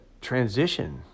transition